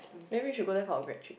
then we should go there for our grad trip